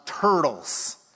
turtles